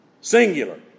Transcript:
Singular